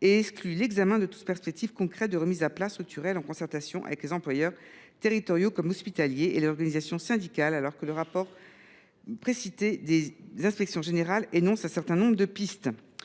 et exclut l’examen de toute perspective concrète de remise à plat structurelle, en concertation avec les employeurs territoriaux comme hospitaliers et les organisations syndicales, alors que le rapport précité des inspections générales énonce un certain nombre de pistes.